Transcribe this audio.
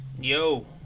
Yo